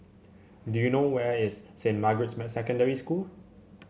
do you know where is Saint Margaret's Secondary School